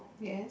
yes